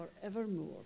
forevermore